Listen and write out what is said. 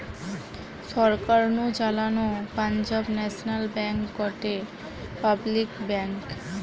সরকার নু চালানো Punjab National Bank গটে পাবলিক ব্যাঙ্ক